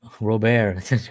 Robert